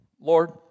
Lord